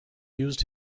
used